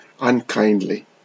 unkindly